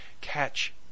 catch